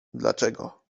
dlaczego